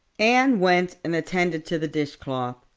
anne went and attended to the dishcloth.